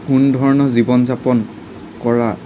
কোনোধৰণৰ জীৱন যাপন কৰা